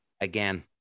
again-